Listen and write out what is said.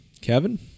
Kevin